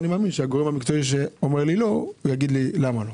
מניח שהגורם המקצועי שאומר לי לא, יגיד למה.